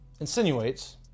Insinuates